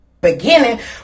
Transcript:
Beginning